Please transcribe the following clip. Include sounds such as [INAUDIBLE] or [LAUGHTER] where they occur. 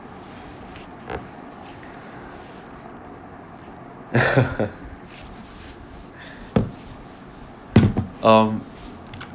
[LAUGHS] um